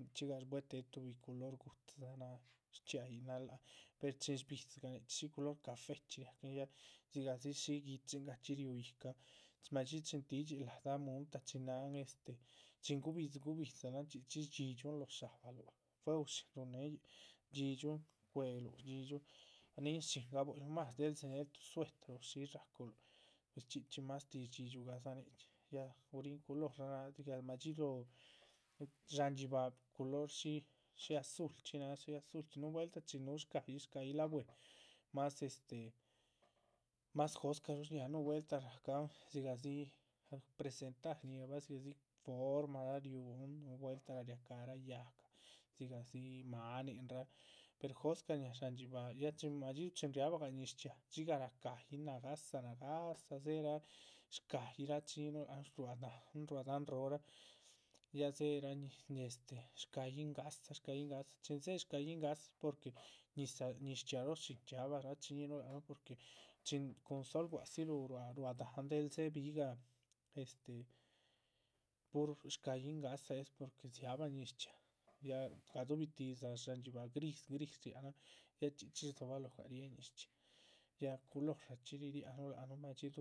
nichxígah shbuetehe tuhbi culor gu´dzidza náha shdxiáayinahan láa han pero chin shbidzigan nichxí shí culor. cafechxí riahcan, dzigahdzi shí guichingachxi riú yíhcan, madxí chin tídxil la´dah munta chin náhan este chin gubidzi gubidzigan chxí chxí. shdxídxiun lóho shábaluh fuehushín rúhun néhen yíc, shdxídxiun cuéluh shdxídxiun, ninshín gabuéluhn más del tuh sueter o shísh ráculuh, pues chxí chxí. más tih, shdxídxiugadza nichxí ya guríhin culor´raa náha dzigah madxí lóho sháhan dxíbaha, culor shí azulchxi náhan shí azulchxi núhu vueltah chin núhu shca´yih. shca´yih la´bue, más este, más jóscaruh shñáhan núh vueltah rahcahan dzigahdzi presentar shñíhirabah dzigahdzi formara riúhun núhu vueltah rariacahrah. yáhga dzigahdzi máaninraa per jóscah shñáha sháhan dxíbaha, ya chin madxíduhu chin riabah gah ñiz chxiaa dxigah raca´yin nagáhsa, nagáahsa dzéhera shca´yih. rachiñíhinuh lac nuh, ruá dahán ruá dahán róhora ya dzéheran nin este shca´yih ngáhsa, shca´yih ngáhsa, chin dzéhe shca´yih ngáhsachxi porque ñizah. ñiz chxiaa roho shín dxiabah, rachiñíhinuh lac nuh porque chin cun sol, gua´dziluh ruá dahán del dzebigah este pur shca´yih ngáhsa es porque dziabah ñiz chxiaa